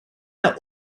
der